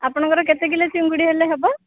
ଆପଣଙ୍କର କେତେ କିଲୋ ଚୁଙ୍ଗୁଡ଼ି ହେଲେ ହବ